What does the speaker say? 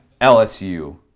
LSU